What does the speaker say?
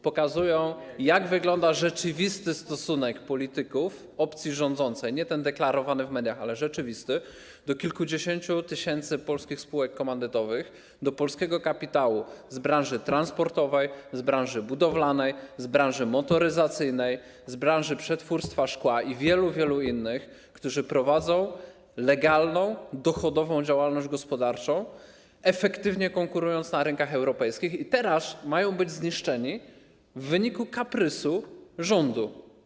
Pokazują, jak wygląda rzeczywisty stosunek polityków opcji rządzącej, nie ten deklarowany w mediach, ale rzeczywisty, do kilkudziesięciu tysięcy polskich spółek komandytowych, do polskiego kapitału z branży transportowej, z branży budowlanej, z branży motoryzacyjnej, z branży przetwórstwa szkła i wielu, wielu innych, do ludzi, którzy prowadzą legalną dochodową działalność gospodarczą, efektywnie konkurując na rynkach europejskich, i teraz mają być zniszczeni w wyniku kaprysu rządu.